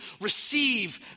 receive